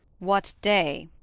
what day?